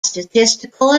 statistical